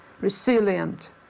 resilient